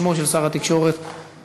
בשמו של שר התקשורת ישיב